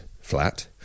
flat